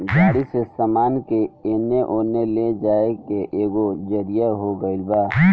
गाड़ी से सामान के एने ओने ले जाए के एगो जरिआ हो गइल बा